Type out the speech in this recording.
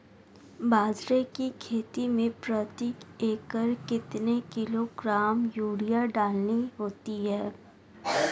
बाजरे की खेती में प्रति एकड़ कितने किलोग्राम यूरिया डालनी होती है?